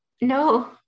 No